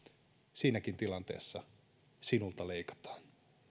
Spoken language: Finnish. siinäkin tilanteessa sinulta leikataan